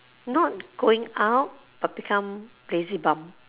not going out but become lazy bum